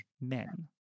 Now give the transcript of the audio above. men